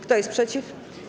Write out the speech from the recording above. Kto jest przeciw?